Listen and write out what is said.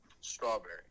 Strawberry